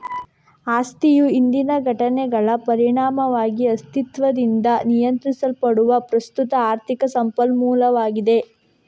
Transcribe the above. ಆಸ್ತಿಯು ಹಿಂದಿನ ಘಟನೆಗಳ ಪರಿಣಾಮವಾಗಿ ಅಸ್ತಿತ್ವದಿಂದ ನಿಯಂತ್ರಿಸಲ್ಪಡುವ ಪ್ರಸ್ತುತ ಆರ್ಥಿಕ ಸಂಪನ್ಮೂಲವಾಗಿದೆ